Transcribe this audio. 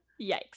Yikes